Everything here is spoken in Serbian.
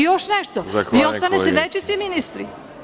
I, još nešto, vi ostanete večiti ministri.